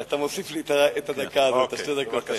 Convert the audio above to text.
אתה מוסיף לי את הדקה ואת שתי הדקות האלה?